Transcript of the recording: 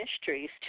Mysteries